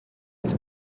ens